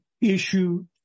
issue